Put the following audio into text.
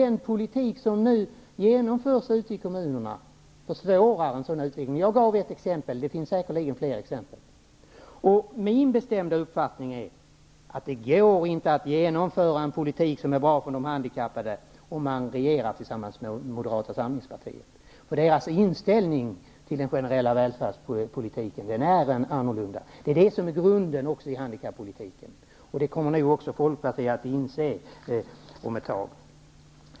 Den politik som nu genomförs ute i kommunerna försvårar en sådan utveckling. Jag gav ett exempel, men det finns säkerligen flera. Min bestämda uppfattning är att det inte går att genomföra en politik som är bra för de handikappade om man regerar tillsammans med Moderata samlingspartiet. Moderaternas inställning till den generella välfärdspolitiken är annorlunda, och det är den som är grunden i handikappolitiken. Det kommer säkert också Folkpartiet att inse.